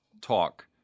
talk